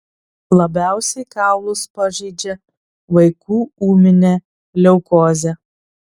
labiausiai kaulus pažeidžia vaikų ūminė leukozė